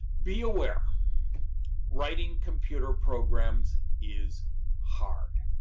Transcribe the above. be aware writing computer programs is hard.